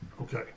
Okay